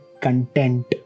content